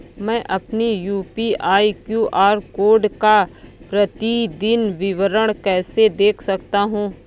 मैं अपनी UPI QR code का प्रतीदीन विवरण कैसे देख सकता हूँ?